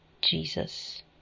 Jesus